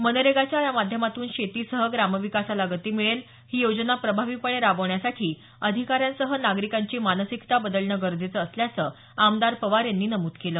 मनरेगाच्या यामाध्यमातून शेतीसह ग्रामविकासाला गती मिळेलही योजना प्रभावीपणे राबवण्यासाठी अधिकाऱ्यांसह नागरिकांची मानसिकता बदलणं गरजेचं असल्याचं आमदार पवार यांनी नमूद केल